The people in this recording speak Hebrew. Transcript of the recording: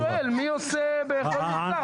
לא, אני שואל מי עושה בכל מגזר.